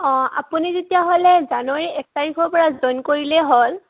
অঁ আপুনি তেতিয়াহ'লে জানুৱাৰী এক তাৰিখৰপৰা জইন কৰিলেই হ'ল